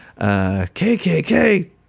KKK